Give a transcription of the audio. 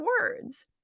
words